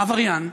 עבריין,